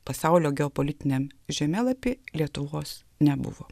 pasaulio geopolitiniam žemėlapy lietuvos nebuvo